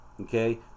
okay